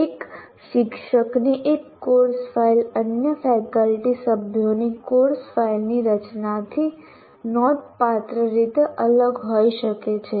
એક શિક્ષકની એક કોર્સ ફાઇલ અન્ય ફેકલ્ટી સભ્યોની કોર્સ ફાઇલની રચનાથી નોંધપાત્ર રીતે અલગ હોઈ શકે છે